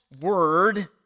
word